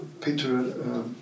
Peter